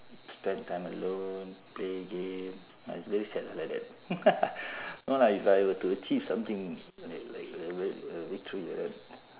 spend time alone play game ah it's very sad lah like that no lah if I were to achieve something like like like like like victory like that